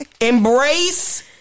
Embrace